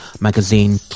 magazine